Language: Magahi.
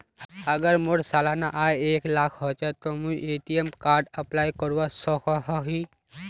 अगर मोर सालाना आय एक लाख होचे ते मुई ए.टी.एम कार्ड अप्लाई करवा सकोहो ही?